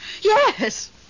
Yes